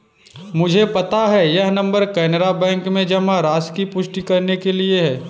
मुझे पता है यह नंबर कैनरा बैंक में जमा राशि की पुष्टि करने के लिए है